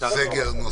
לסגר כזה או אחר,